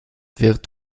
wird